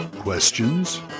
Questions